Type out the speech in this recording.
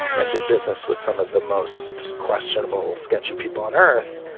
and did business with some of the most questionable, sketchy people on earth?